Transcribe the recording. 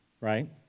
right